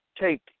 take